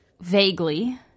vaguely